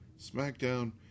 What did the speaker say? SmackDown